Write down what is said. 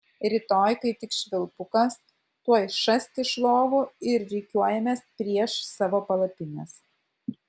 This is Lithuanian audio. rytoj kai tik švilpukas tuoj šast iš lovų ir rikiuojamės prieš savo palapines